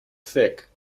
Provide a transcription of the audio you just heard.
thick